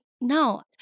no